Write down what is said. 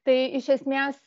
tai iš esmės